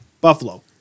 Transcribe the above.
Buffalo